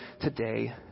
today